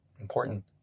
important